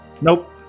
Nope